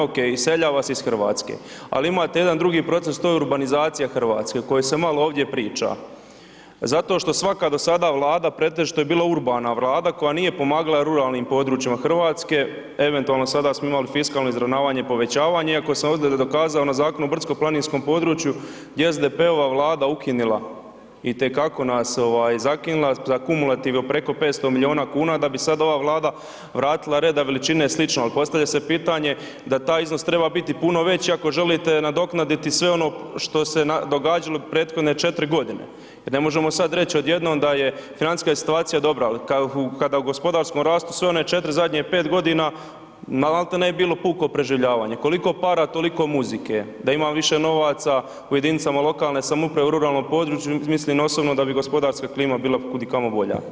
Ok, iseljava se iz Hrvatske ali imate jedan drugi proces, to je urbanizacija Hrvatske o kojoj se malo vode priča zato što svaka do sada Vlada pretežito je bila urbana Vlada koja nije pomagala ruralnim područjima Hrvatske, eventualno sada smo imali fiskalno izravnavanje i povećavanje iako sam odnedavno kazao na Zakonu o brdsko-planinskom području gdje je SDP-ova Vlada ukinula, itekako nas zakinula za kumulative preko 500 milijuna kuna da bi sad ova Vlada vratila reda veličine slično ali postavlja se pitanje da taj iznos treba biti puno veći ako želite nadoknaditi sve ono što se događalo prethodne 4 g. jer ne možemo sad reći odjednom da je financijska situacija dobra, ali kada u gospodarskom rastu sve one 4 zadnje, 5 g. malti ne je bilo puko preživljavanje, koliko para, toliko muzike, da ima više novaca u jedinicama lokalne samouprave u ruralnom području, mislim osobno da bi gospodarska klima bila kudikamo bolja.